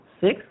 six